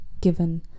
given